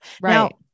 Right